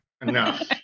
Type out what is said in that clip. enough